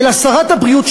אלא שרת הבריאות,